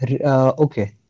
Okay